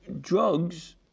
drugs